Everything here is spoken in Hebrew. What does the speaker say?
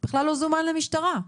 בכלל לא זומן למשטרה.